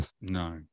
no